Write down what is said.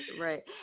Right